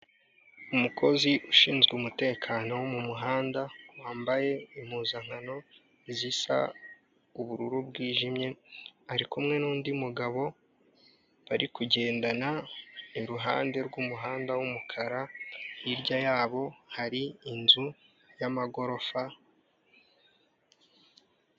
Umukozi ushinzwe umutekano wo mu muhanda, wambaye impuzankano zisa ubururu bwijimye, ari kumwe n'undi mugabo bari kugendana iruhande rw'umuhanda w'umukara, hirya yabo hari inzu y'amagorofa...